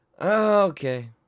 okay